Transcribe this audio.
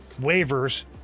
waivers